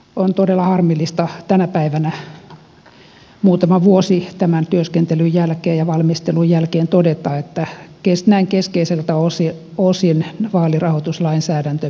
on todella harmillista tänä päivänä muutama vuosi tämän työskentelyn jälkeen ja valmistelun jälkeen todeta että näin keskeiseltä osin vaalirahoituslainsäädäntömme jäi torsoksi